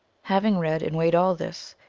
having read and weighed all this,